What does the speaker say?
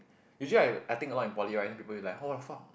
usually I I think a lot in poly right people will be like what the fuck